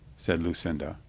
said lucinda.